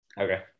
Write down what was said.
Okay